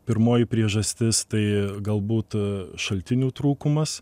pirmoji priežastis tai galbūt šaltinių trūkumas